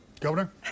Governor